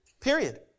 period